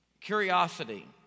curiosity